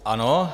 Ano.